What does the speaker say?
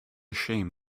shame